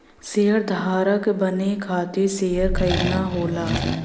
शेयरधारक बने खातिर शेयर खरीदना होला